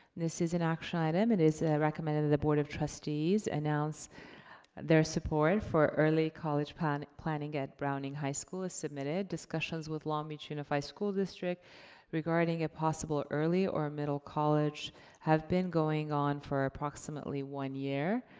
this is an action item, and it is recommended that the board of trustees announce their support for early college planning planning at browning high school as submitted. discussions with long beach unified school district regarding a possible early or middle college have been going on for approximately one year.